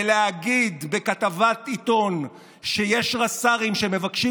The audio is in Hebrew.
ולהגיד בכתבת עיתון שיש רס"רים שמבקשים